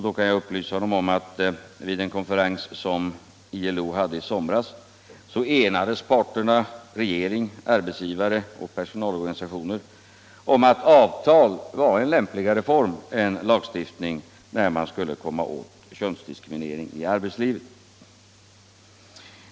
Då kan jag upplysa herr Romanus om att vid en konferens som ILO hade i somras enades parterna — regeringar, arbetsgivare och personalorganisationer —- om att avtal var en lämpligare form än lagstiftning när man skulle komma åt könsdiskriminering i arbetslivet.